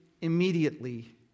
immediately